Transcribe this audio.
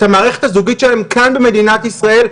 המערכת הזוגית שלהם כאן במדינת ישראל,